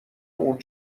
اون